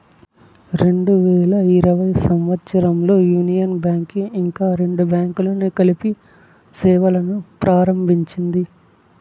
రెండు వేల ఇరవై సంవచ్చరంలో యూనియన్ బ్యాంక్ కి ఇంకా రెండు బ్యాంకులను కలిపి సేవలును ప్రారంభించింది